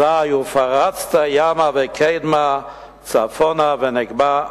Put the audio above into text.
אזי "ופרצת ימה וקדמה צפונה ונגבה".